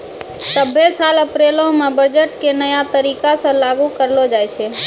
सभ्भे साल अप्रैलो मे बजट के नया तरीका से लागू करलो जाय छै